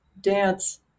dance